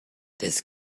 des